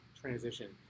transition